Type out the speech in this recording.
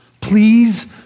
Please